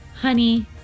honey